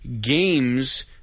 games